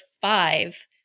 five